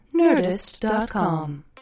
Nerdist.com